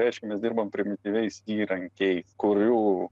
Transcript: reiškia mes dirbam primityviais įrankiais kurių